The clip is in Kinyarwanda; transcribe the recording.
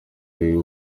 agahigo